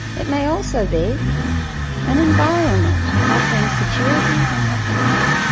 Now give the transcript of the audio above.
it may also be an environment offering security and happiness